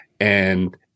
and-